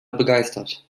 begeistert